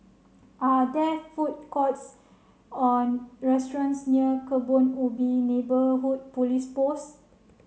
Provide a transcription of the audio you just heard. are there food courts or restaurants near Kebun Ubi Neighbourhood Police Post